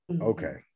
Okay